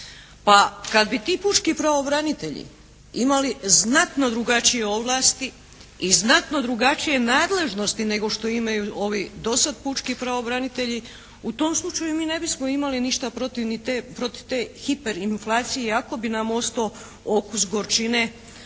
Pa kad bi ti pučki pravobranitelji imali znatno drugačije ovlasti i znatno drugačije nadležnosti nego što imaju ovi dosad pučki pravobranitelji u tom slučaju mi nebismo imali ništa protiv te hiperinflacije iako bi nam ostao okus gorčine